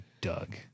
Doug